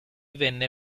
venne